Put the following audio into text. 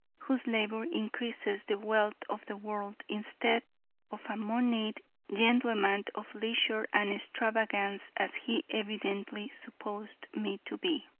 whose labor increases the wealth of the world, instead of a moneyed gentleman of leisure and extravagance, as he evidently supposed me to be.